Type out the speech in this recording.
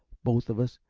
both of us,